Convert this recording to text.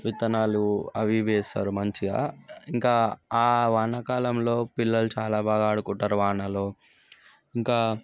విత్తనాలు అవి వేస్తారు మంచిగా ఇంకా ఆ వాన కాలంలో పిల్లలు చాలా బాగా ఆడుకుంటారు వానలో ఇంకా